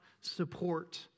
support